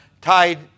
tied